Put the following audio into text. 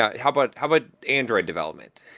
how but how about android development?